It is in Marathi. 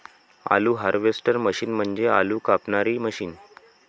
आलू हार्वेस्टर मशीन म्हणजे आलू कापणारी मशीन